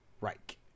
Reich